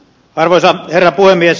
arvoisa herra puhemies